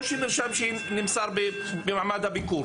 או מרשם שנמסר במעמד הביקור.